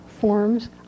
forms